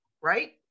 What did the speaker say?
right